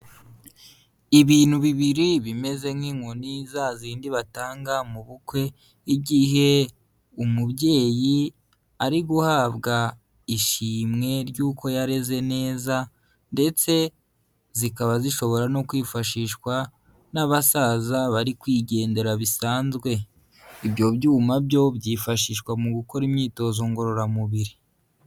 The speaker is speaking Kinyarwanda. Ibintu bibiri bimeze nk'inkoni za zindi batanga mu bukwe, igihe umubyeyi ari guhabwa ishimwe ry'uko yareze neza, ndetse zikaba zishobora no kwifashishwa n'abasaza bari kwigendera bisanzwe. Ibyo byuma byo byifashishwa mu gukora imyitozo ngororamubiri.